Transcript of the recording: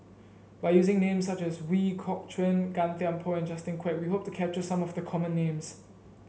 by using names such as Ooi Kok Chuen Gan Thiam Poh and Justin Quek we hope to capture some of the common names